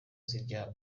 zirya